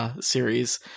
series